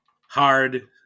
hard